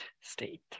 state